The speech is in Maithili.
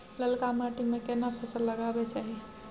ललका माटी में केना फसल लगाबै चाही?